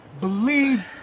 believe